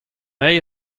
eil